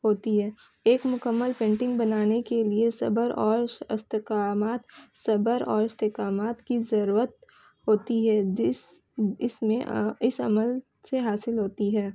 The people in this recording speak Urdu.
ہوتی ہے ایک مکمل پینٹنگ بنانے کے لیے صبر اور استقامت صبر اور استقامت کی ضرورت ہوتی ہے جس اس میں اس عمل سے حاصل ہوتی ہے